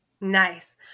nice